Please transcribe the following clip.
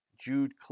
Jude